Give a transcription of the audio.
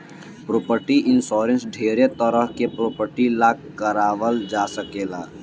property insurance ढेरे तरह के प्रॉपर्टी ला कारवाल जा सकेला